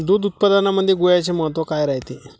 दूध उत्पादनामंदी गुळाचे महत्व काय रायते?